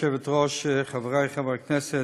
גברתי היושבת-ראש, חברי חברי הכנסת,